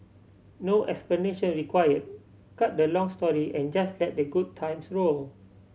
no explanation required cut the long story and just let the good times roll